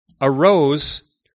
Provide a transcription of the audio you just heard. arose